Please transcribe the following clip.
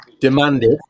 demanded